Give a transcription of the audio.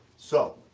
so,